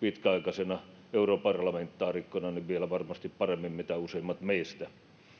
pitkäaikaisena europarlamentaarikkona varmasti vielä paremmin kuin useimmat meistä